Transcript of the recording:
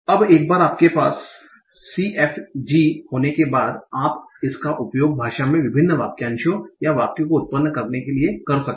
अब एक बार आपके पास CFG होने के बाद आप इसका उपयोग भाषा में विभिन्न वाक्यांशों या वाक्यों को उत्पन्न करने के लिए कर सकते हैं